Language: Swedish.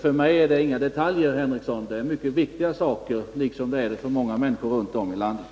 För mig är det inga detaljer, Sven Henricsson. Det är mycket viktiga saker för mig liksom för många andra människor runt om i landet.